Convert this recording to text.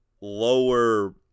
lower –